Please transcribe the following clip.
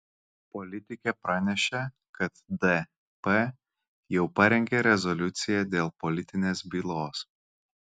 politikė pranešė kad dp jau parengė rezoliuciją dėl politinės bylos